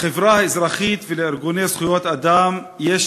לחברה האזרחית ולארגוני זכויות האדם יש